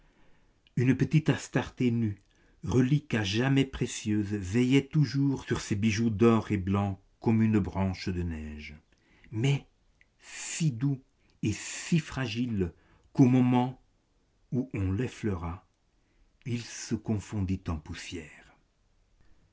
une petite astarté nue relique à jamais précieuse veillait toujours sur le squelette orné de tous ses bijoux d'or et blanc comme une branche de neige mais si doux et si fragile qu'au moment où on l'effleura il se confondit en poussière